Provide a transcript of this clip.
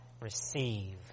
receive